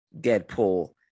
Deadpool